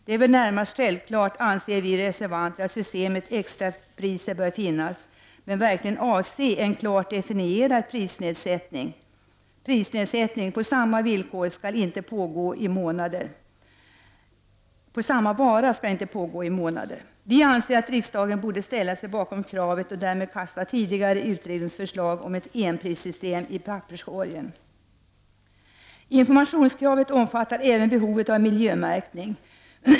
Det är väl närmast självklart att systemet med extrapriser bör finnas, anser vi reservanter. Men extrapriser bör avse en klart definierad prisnedsättning. Prisnedsättning på samma vara skall inte pågå i månader. Vi anser att riksdagen borde ställa sig bakom kravet och därmed kasta tidigare utredningsförslag om ett enprissystem i papperskorgen. Informationskravet omfattar även behovet av miljömärkning.